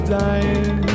dying